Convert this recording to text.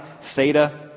theta